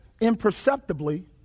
imperceptibly